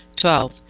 Twelve